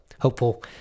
hopeful